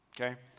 okay